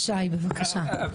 שי בבקשה.